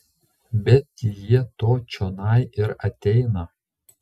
betgi jie to čionai ir ateina